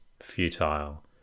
futile